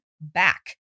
back